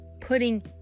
putting